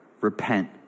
repent